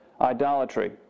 idolatry